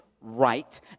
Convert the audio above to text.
right